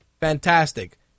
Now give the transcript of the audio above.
Fantastic